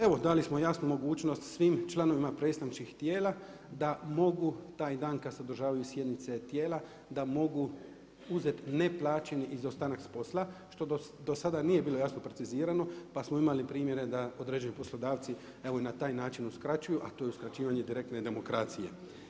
Evo dali smo jasnu mogućnost svim članovima predstavničkim tijela da mogu taj dan kad se održavaju sjednice tijela, da mogu uzet neplaćeni izostanak s posla, što dosad nije bilo jasno precizirano, pa smo imali primjere da određeni poslodavci evo i na taj način uskraćuju a to je uskraćivanje direktno i demokracije.